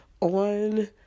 on